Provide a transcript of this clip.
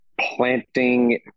planting